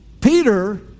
Peter